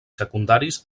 secundaris